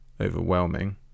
overwhelming